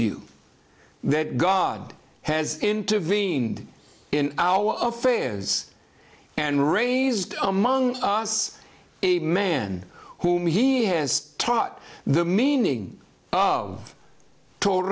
you that god has intervened in our affairs and raised among us a man whom he has taught the meaning o